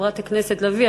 חברת הכנסת לביא,